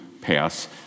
pass